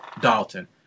Dalton